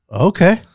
Okay